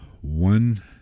one